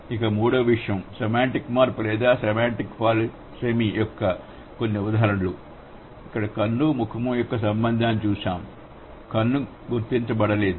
ఇక మూడవ విషయం సెమాంటిక్ మార్పు లేదా సెమాంటిక్ పాలిసెమి యొక్క కొన్ని ఉదాహరణలు ఇక్కడ కన్ను ముఖము యొక్క సంబంధాన్ని చూశాము కన్ను గుర్తించబడలేదు